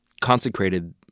consecrated